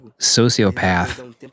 sociopath